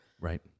Right